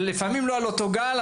לפעמים לא על אותו גל,